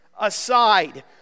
aside